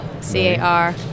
C-A-R